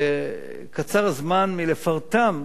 וקצר הזמן מלפרטם,